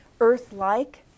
Earth-like